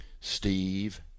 steve